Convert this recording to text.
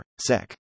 sec